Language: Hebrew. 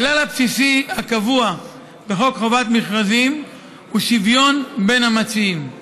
הכלל הבסיסי הקבוע בחוק חובת המכרזים הוא שוויון בין המציעים.